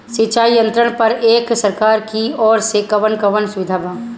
सिंचाई यंत्रन पर एक सरकार की ओर से कवन कवन सुविधा बा?